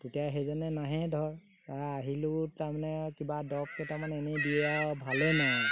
তেতিয়া সেইজনে নাহে ধৰক তাৰপৰা আহিলেও আৰু তাৰমানে কিবা দৰবকেইটামান এনেই দিয়ে আৰু ভালে নহয়